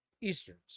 Easterns